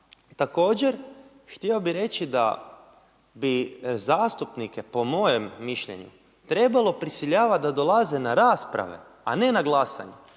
Također htio bih reći da bi zastupnike po mojem mišljenju trebalo prisiljavati da dolaze na rasprave a ne na glasanje